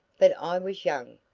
but i was young,